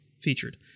featured